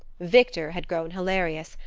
victor had grown hilarious,